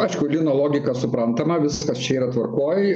aišku lino logika suprantama viskas čia yra tvarkoj